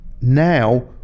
Now